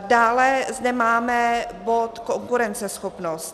Dále zde máme bod konkurenceschopnost.